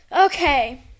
okay